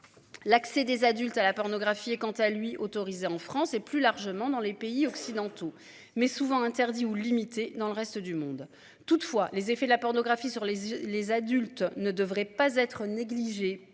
L'accès des adultes à la pornographie est quant à lui autorisé en France et plus largement dans les pays occidentaux mais souvent interdit ou limité dans le reste du monde. Toutefois les effets de la pornographie sur les les adultes ne devrait pas être négligée.